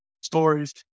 stories